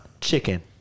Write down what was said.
Chicken